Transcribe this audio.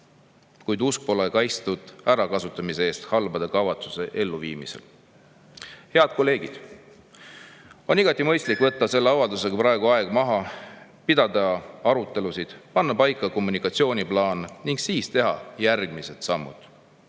kuid usk pole kaitstud ärakasutamise eest halbade kavatsuste elluviimisel. Head kolleegid! On igati mõistlik võtta selle avaldusega praegu aeg maha, pidada arutelusid, panna paika kommunikatsiooniplaan ning siis teha järgmised sammud.